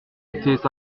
étaient